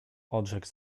odrzekł